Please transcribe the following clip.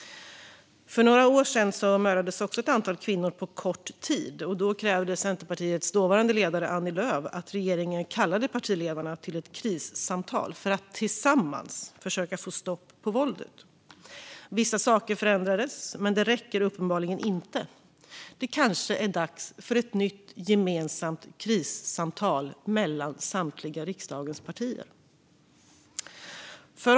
För några år sedan mördades också ett antal kvinnor på kort tid. Då krävde Centerpartiets dåvarande ledare Annie Lööf att regeringen skulle kalla partiledarna till krissamtal för att tillsammans försöka få stopp på våldet. Vissa saker förändrades, men det räckte uppenbarligen inte. Det är kanske dags för ett nytt gemensamt krissamtal för riksdagens samtliga partier.